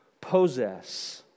possess